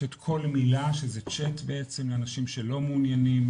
יש את כל מילה שזה צ'אט בעצם לאנשים שלא מעוניינים